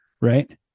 Right